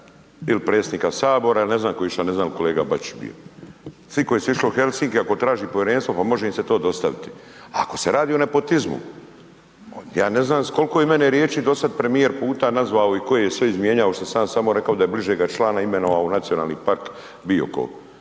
Ili predsjednika Sabora ili ne znam, tko je išao, ne znam je li kolega Bačić bio. Svi koji su išli u Helsinki, ako traži povjerenstvo pa može im se to dostaviti. Ako se radi o nepotizmu, ja ne znam s koliko je mene riječi do sada premijer puta nazvao i koje je sve izmijenjao što sam ja samo rekao da je bližega člana imenovao u Nacionalni park Biokovo.